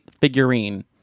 figurine